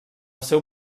seu